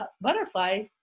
butterfly